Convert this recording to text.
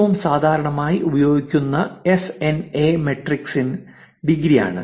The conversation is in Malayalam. ഏറ്റവും സാധാരണയായി ഉപയോഗിക്കുന്ന S N A metric in ഡിഗ്രിയാണ്